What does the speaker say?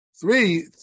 Three